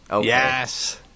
Yes